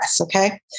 okay